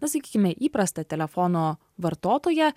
na sakykime įprastą telefono vartotoją